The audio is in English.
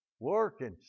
Working